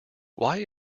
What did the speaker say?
why